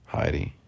Heidi